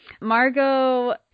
Margot